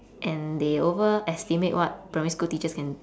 and they overestimate what primary school teachers can